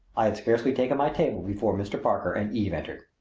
i had scarcely taken my table before mr. parker and eve entered.